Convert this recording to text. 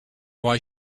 why